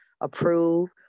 approve